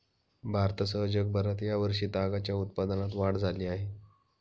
भारतासह जगभरात या वर्षी तागाच्या उत्पादनात वाढ झाली आहे